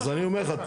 אז אני אומר לך,